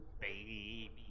Baby